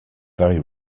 very